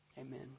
Amen